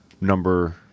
number